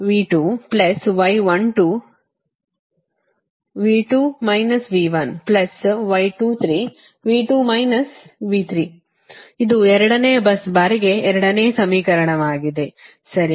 ಅಂತೆಯೇ ಬಸ್ 2 ಗೆ ಇದು ಎರಡನೇ bus ಬಾರ್ಗೆ ಎರಡನೇ ಸಮೀಕರಣವಾಗಿದೆ ಸರಿ